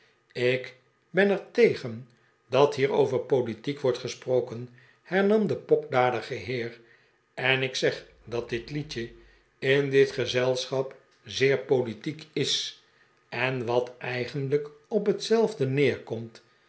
ik ben er tegen dat hier over politiek wordt gesproken he'rnam de pokdalige heer en ik zeg dat dit liedje in dit gezelschap zeer politiek is en wat eigenlijk op hetzelfde neerkomt